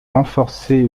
renforcé